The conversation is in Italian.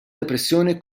depressione